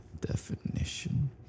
definition